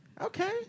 Okay